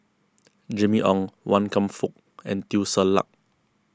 Jimmy Ong Wan Kam Fook and Teo Ser Luck